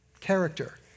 character